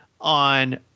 on